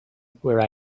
where